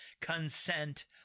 consent